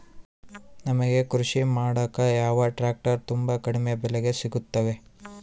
ನಮಗೆ ಕೃಷಿ ಮಾಡಾಕ ಯಾವ ಟ್ರ್ಯಾಕ್ಟರ್ ತುಂಬಾ ಕಡಿಮೆ ಬೆಲೆಗೆ ಸಿಗುತ್ತವೆ?